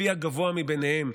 לפי הגבוה מביניהם.